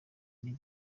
nibyo